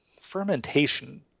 fermentation